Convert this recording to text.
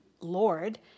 Lord